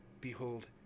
Behold